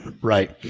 Right